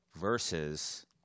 versus